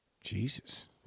Jesus